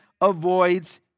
avoids